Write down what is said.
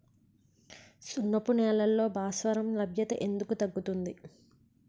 సున్నపు నేలల్లో భాస్వరం లభ్యత ఎందుకు తగ్గుతుంది?